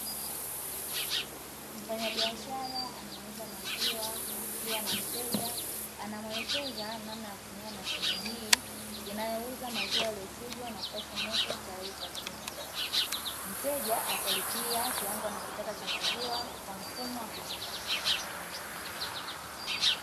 Mfanyabiashara anayeuza maziwa akiwa na mteja anamuelekeza namna ya kutumia mashine hii inayouza maziwwa yaliyochujwa na kupashwa moto tayari kwa kunywa. Mteja atalipia kiwango anachotaka cha maziwa kwa mfumo wa kiautomatiki.